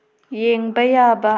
ꯌꯦꯡꯕ ꯌꯥꯕ